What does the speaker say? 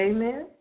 Amen